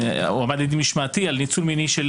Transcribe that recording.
הועמד לדין משמעתי על ניצול מיני של